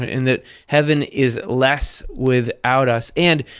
in that heaven is less without us. and